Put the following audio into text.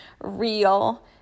real